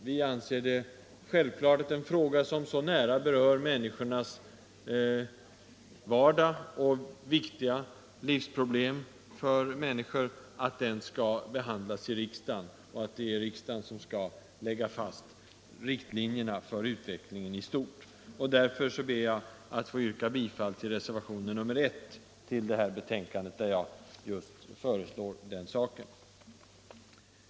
Vi anser det naturligt att en fråga som så nära berör människornas vardag och viktiga livsproblem skall behandlas i riksdagen. Det är riksdagen som skall lägga fast riktlinjerna för utvecklingen i stort. Därför ber jag att få yrka bifall till reservationen 1 vid detta betänkande.